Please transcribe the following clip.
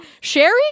Sherry